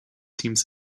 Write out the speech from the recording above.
teams